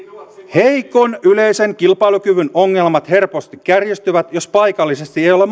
heikon yleisen kilpailukyvyn ongelmat helposti kärjistyvät jos paikallisesti ei ole